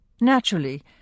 Naturally